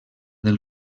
del